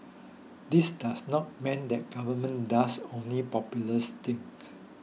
this does not mean the Government does only popular things